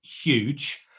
huge